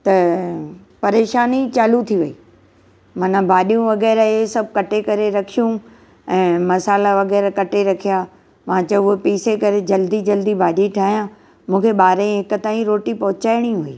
त परेशानी चालू थी वई माना भाॼियूं वगै़रह हे सभु कटे करे रखियूं ऐं मसाला वगै़रह कटे रखिया मां चयो हो पीसे करे जल्दी जल्दी भाजी ठाहियां मूंखे ॿारहें हिकु ताईं रोटी पहुंचाइणी हुई